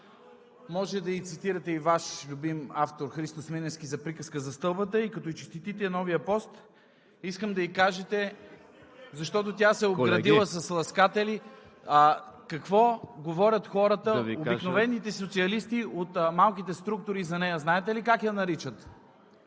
Може да ѝ цитирате и Ваш любим автор Христо Смирненски – „Приказка за стълбата“, и като ѝ честитите новия пост, искам да ѝ кажете (шум и реплики), защото тя се е обградила с ласкатели, какво говорят хората, обикновените социалисти от малките структури за нея. Знаете ли как я наричат?